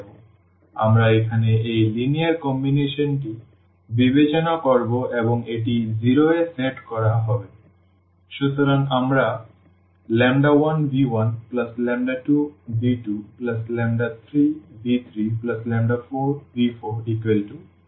সুতরাং আমরা এখানে এই লিনিয়ার কম্বিনেশনটি বিবেচনা করব এবং এটি 0 এ সেট করা হবে